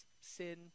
sin